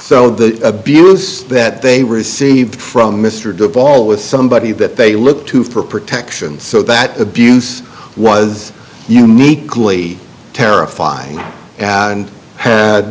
so the abuse that they received from mr de paul with somebody that they look to for protection so that abuse was uniquely terrifying and had